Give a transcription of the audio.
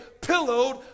pillowed